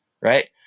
right